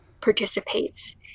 participates